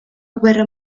guerra